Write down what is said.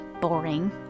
boring